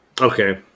Okay